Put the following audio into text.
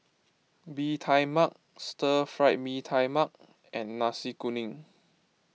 Bee Tai Mak Stir Fried Mee Tai Mak and Nasi Kuning